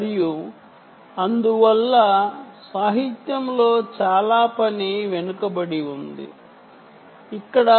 మరియు అందువల్ల సాహిత్యం లో చాలా చోట్ల చెప్పబడి ఉంది ఇక్కడ